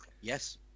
Yes